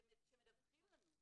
שמדווחים לנו.